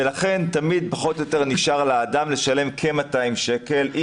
ולכן תמיד נשאר לאדם לשלם כ-200 שקל.